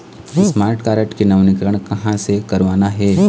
Smart card के नवीनीकरण कहां से करवाना हे?